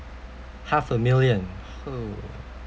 half a million [ho]